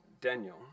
Daniel